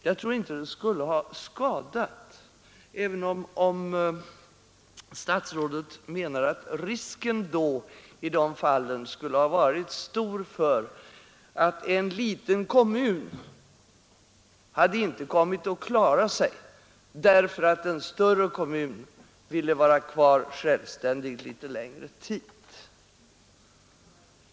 Jag tror inte att det skulle ha skadat, även om statsrådet menar att risken i de fallen skulle ha varit stor för att en liten kommun inte hade kommit att klara sig därför att en större kommun ville fortsätta att vara självständig litet längre tid.